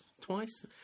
Twice